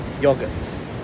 yogurts